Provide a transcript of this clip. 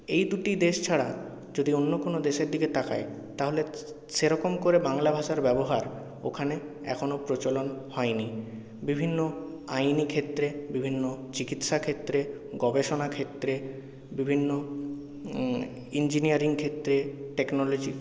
এই দুটি দেশ ছাড়া যদি অন্য কোনো দেশের দিকে তাকাই তাহলে সেরকম করে বাংলা ভাষার ব্যবহার ওখানে এখনও প্রচলন হয়নি বিভিন্ন আইনি ক্ষেত্রে বিভিন্ন চিকিৎসা ক্ষেত্রে গবেষণা ক্ষেত্রে বিভিন্ন ইঞ্জিনিয়ারিং ক্ষেত্রে টেকনোলজির